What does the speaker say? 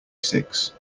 six